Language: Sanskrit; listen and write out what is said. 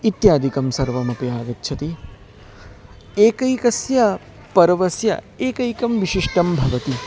इत्यादिकं सर्वमपि आगच्छति एकैकस्य पर्वस्य एकैकं विशिष्टं भवति